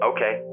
Okay